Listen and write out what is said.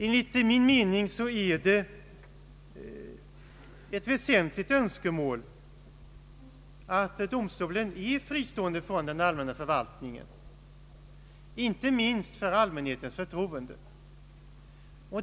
Enligt min mening är det ett väsentligt önskemål att domstolen är fristående från den allmänna förvaltningen, inte minst för allmänhetens förtroende.